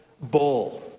bull